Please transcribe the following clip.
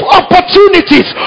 opportunities